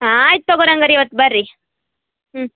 ಹಾಂ ಆಯ್ತು ತಗೋರಿ ಹಂಗಾರೆ ಇವತ್ತು ಬನ್ರಿ ಹ್ಞೂ